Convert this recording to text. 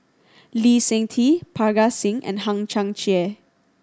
Lee Seng Tee Parga Singh and Hang Chang Chieh